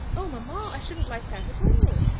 oh, mamma! i shouldn't like that at all.